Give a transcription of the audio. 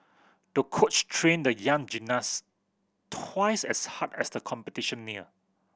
the coach trained the young gymnast twice as hard as the competition neared